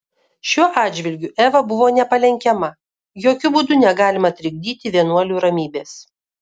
šiuo atžvilgiu eva buvo nepalenkiama jokiu būdu negalima trikdyti vienuolių ramybės